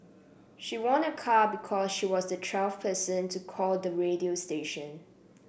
she won a car because she was the twelfth person to call the radio station